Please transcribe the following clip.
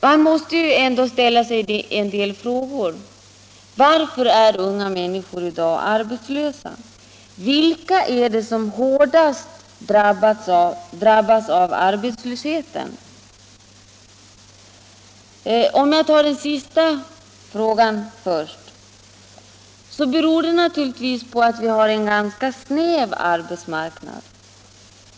Man måste ställa sig en del frågor om varför unga människor i dag är arbetslösa. Det beror naturligtvis på att vi har en ganska sned arbetsmarknad.